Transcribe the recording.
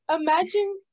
imagine